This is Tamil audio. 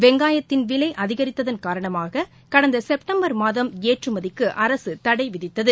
வெங்காயத்தின் விலை அதிகரித்ததன் காரணமாக கடந்த செப்டம்பர் மாதம் ஏற்றுமதிக்கு அரசு தடை விதித்தது